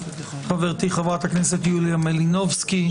חברתי חברת הכנסת יוליה מלינובסקי.